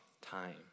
time